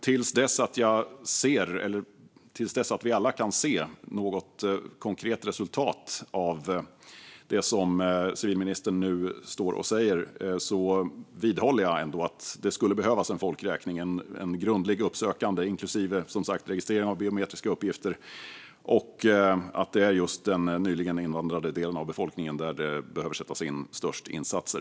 Till dess att vi alla kan se något konkret resultat av det som civilministern nu står och säger vidhåller jag att det skulle behövas en grundlig och uppsökande folkräkning, inklusive registrering av biometriska uppgifter. Det är just när det gäller den nyligen invandrade delen av befolkningen som det behöver sättas in störst insatser.